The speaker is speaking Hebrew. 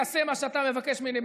אעשה מה שאתה מבקש ממני,